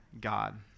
God